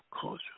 Culture